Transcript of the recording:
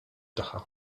tagħha